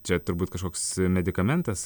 čia turbūt kažkoks medikamentas